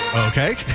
okay